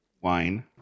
wine